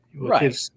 right